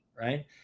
Right